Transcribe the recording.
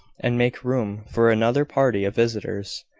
and make room for another party of visitors,